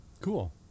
cool